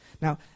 Now